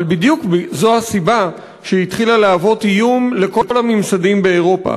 אבל זו הסיבה שהיא התחילה להוות איום לכל הממסדים באירופה,